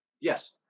Yes